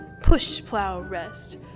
Push-plow-rest